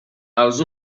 els